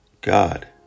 God